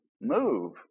move